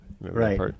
Right